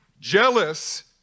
jealous